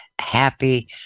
happy